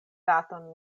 daton